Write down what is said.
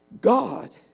God